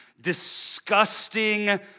disgusting